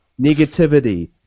Negativity